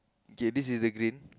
okay this is the green